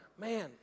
Man